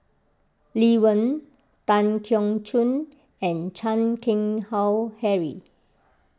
Lee Wen Tan Keong Choon and Chan Keng Howe Harry